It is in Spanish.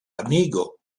amigo